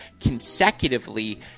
consecutively